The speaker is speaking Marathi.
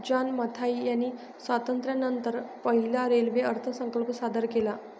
जॉन मथाई यांनी स्वातंत्र्यानंतर पहिला रेल्वे अर्थसंकल्प सादर केला